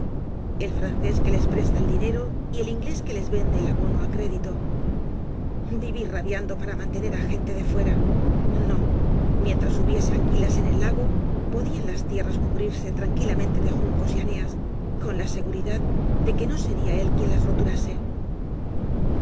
el francés que les preeta el dinero y el inglés que les vende el abono á crédito vivir rabiando para mantener á gente de fuera no mientras hubiese anguilas en el lago podían las tierras cubrirse tranquilamente de juncos y aneas con la seguridad de que no sería él quién las roturase